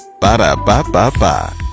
Ba-da-ba-ba-ba